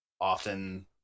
often